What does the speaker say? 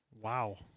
Wow